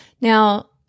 Now